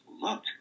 look